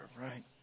right